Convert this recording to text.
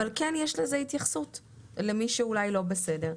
בל כן יש לזה התייחסות למי שאולי לא בסדר.